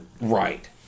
Right